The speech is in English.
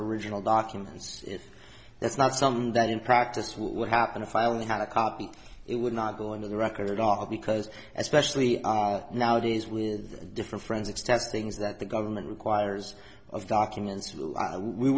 original documents that's not something that in practice would happen if i only had a copy it would not go into the record at all because especially nowadays with different friends extents things that the government requires of documents we